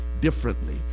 differently